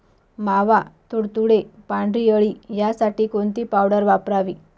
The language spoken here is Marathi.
मावा, तुडतुडे, पांढरी अळी यासाठी कोणती पावडर वापरावी?